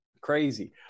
Crazy